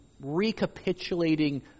recapitulating